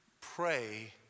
pray